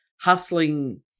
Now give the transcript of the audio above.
hustling